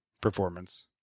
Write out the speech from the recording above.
performance